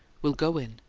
we'll go in.